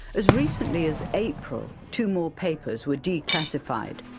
as recently as april, two more papers were declassified.